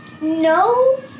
No